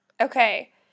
Okay